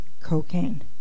cocaine